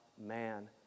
man